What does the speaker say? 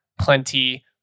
plenty